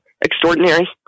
extraordinary